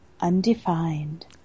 undefined